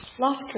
Last